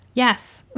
yes,